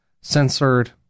censored